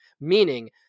Meaning